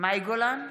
מאי גולן,